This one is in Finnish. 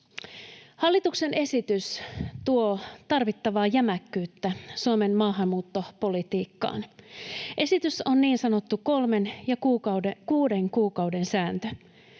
Hallituksen esitys tuo tarvittavaa jämäkkyyttä Suomen maahanmuuttopolitiikkaan. Esitys on niin sanottu kolmen ja kuuden kuukauden sääntö.